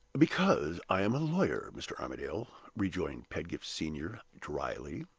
because i am a lawyer, mr. armadale, rejoined pedgift senior, dryly.